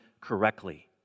correctly